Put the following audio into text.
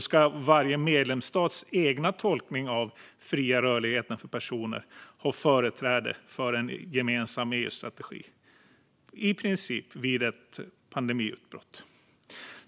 Ska varje medlemsstats egen tolkning av den fria rörligheten för personer i princip ha företräde före en gemensam EU-strategi vid ett pandemiutbrott?